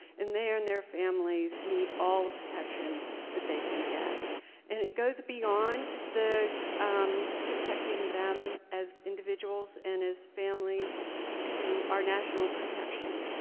and they and their families need all the protection that they can get, and it goes beyond um protecting them as individuals and as families to our national protection.